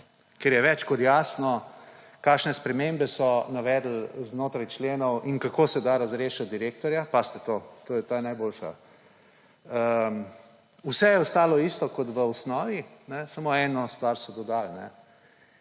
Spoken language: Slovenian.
kjer je več kot jasno, kakšne spremembe so navedli znotraj členov in kako se da razrešiti direktorja. Pazite to, ta je najboljša. Vse je ostalo isto kot v osnovi, samo eno stvar so dodali